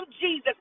Jesus